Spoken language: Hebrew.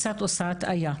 קצת עושה הטעיה.